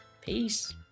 Peace